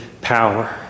power